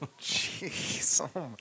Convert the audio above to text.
Jeez